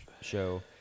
show